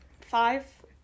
Five